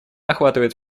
охватывает